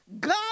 God